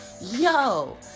yo